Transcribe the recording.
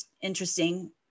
interesting